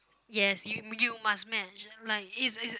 yes you you must match like it's it's